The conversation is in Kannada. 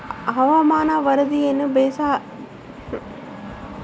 ಹವಾಮಾನದ ವರದಿಯನ್ನು ಬೇಸಾಯಕ್ಕೆ ಹೇಗೆ ಅಳವಡಿಸಿಕೊಳ್ಳಬಹುದು?